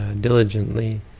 Diligently